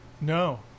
No